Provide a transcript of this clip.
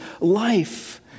life